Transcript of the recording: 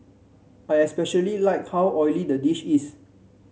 I especially like how oily the dish is